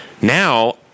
Now